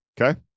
Okay